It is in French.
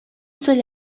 seul